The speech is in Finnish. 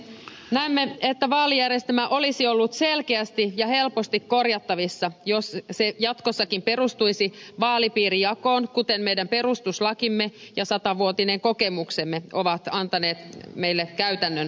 näemme että vaalijärjestelmä olisi ollut selkeästi ja helposti korjattavissa jos se jatkossakin perustuisi vaalipiirijakoon kuten meidän perustuslakimme ja satavuotinen kokemuksemme ovat antaneet meille käytännön opin